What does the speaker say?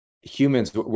humans